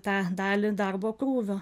tą dalį darbo krūvio